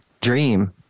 dream